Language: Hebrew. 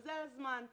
אין עוד זמן,